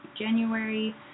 January